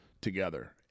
together